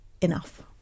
enough